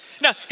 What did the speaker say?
Now